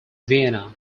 vienna